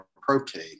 protein